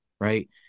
Right